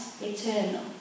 eternal